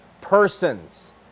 persons